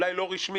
אולי לא רשמית.